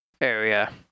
area